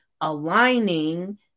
aligning